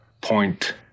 point